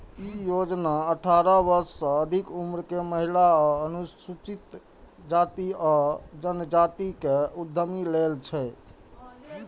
ई योजना अठारह वर्ष सं अधिक उम्र के महिला आ अनुसूचित जाति आ जनजाति के उद्यमी लेल छै